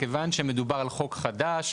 מכיוון שמדובר על חוק חדש,